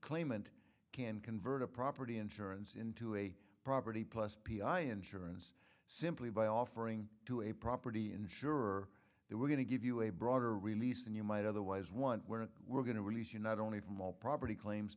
claimant can convert a property insurance into a property plus p i insurance simply by offering to a property insurer they were going to give you a broader release and you might otherwise want when we're going to release you not only from all property claims